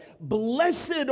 Blessed